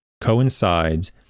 coincides